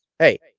hey